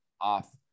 off